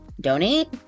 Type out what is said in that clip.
donate